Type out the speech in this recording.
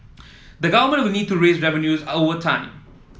the Government will need to raise revenues over time